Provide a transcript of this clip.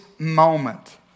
moment